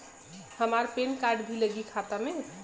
हमार PAN card भी लगी खाता में?